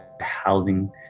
housing